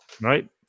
Right